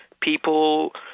people –